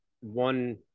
one